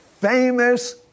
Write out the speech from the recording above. famous